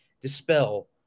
dispel